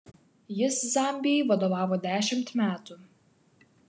jis zambijai vadovavo dešimt metų